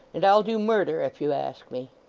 and i'll do murder if you ask me